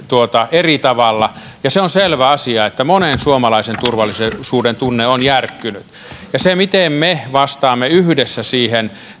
eri tavalla ja se on selvä asia että monen suomalaisen turvallisuudentunne on järkkynyt sillä on merkitystä miten me vastaamme yhdessä siihen